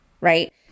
right